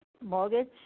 mortgage